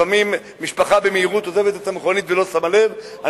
לפעמים משפחה עוזבת במהירות את המכונית ולא שמה לב,